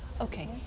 Okay